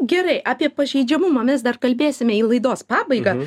gerai apie pažeidžiamumą mes dar kalbėsime į laidos pabaigą